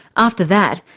after that,